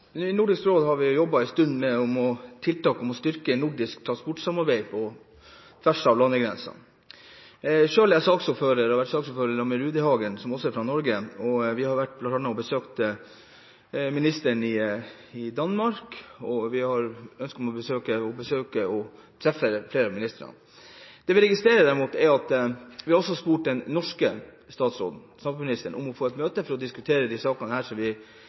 I Nordisk råd har vi jobbet nå en stund med tiltak for å styrke nordisk transportsamarbeid på tvers av landegrensene. Selv er jeg saksordfører, og jeg har vært saksordfører sammen med Torstein Rudihagen, som også er fra Norge, og vi har bl.a. vært og besøkt ministeren i Danmark og har ønske om å oppsøke og treffe flere av ministrene. Vi har også spurt den norske samferdselsministeren om å få et møte for å diskutere disse sakene som vi